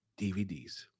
DVDs